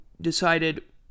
decided